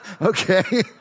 okay